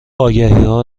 آگهیها